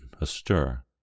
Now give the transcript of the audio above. astir